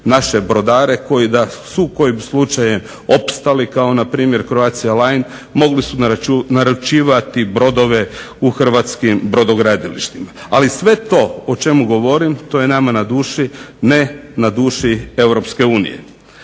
naše brodare koji da su kojim slučajem opstali kao npr. Croatia line mogli su naručivati brodove u hrvatskim brodogradilištima. Ali sve to o čemu govorim to je nama na duši, ne na duši Europske unije.